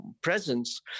presence